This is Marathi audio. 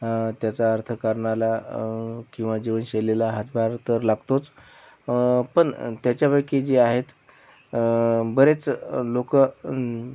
त्याचा अर्थकारणाला किंवा जीवनशैलीला हातभार तर लागतोच पण त्याच्यापैकी जे आहेत बरेच लोक